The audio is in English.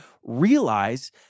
realize